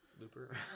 Looper